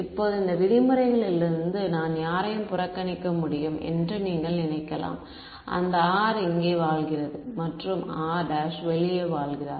இப்போது இந்த விதிமுறைகளிலிருந்து நான் இங்கிருந்து யாரையும் புறக்கணிக்க முடியும் என்று நீங்கள் நினைக்கலாம் அந்த r இங்கே வாழ்கிறது மற்றும் r′ வெளியே வாழ்கிறார்